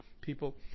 people